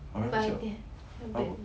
apa